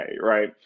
right